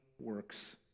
works